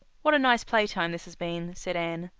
what a nice play-time this has been, said anne.